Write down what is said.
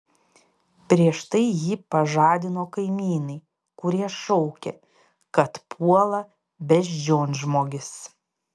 prieš tai jį pažadino kaimynai kurie šaukė kad puola beždžionžmogis